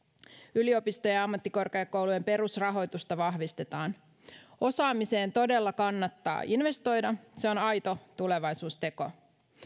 yliopistojen ja ammattikorkeakoulujen perusrahoitusta vahvistetaan osaamiseen todella kannattaa investoida se on aito tulevaisuusteko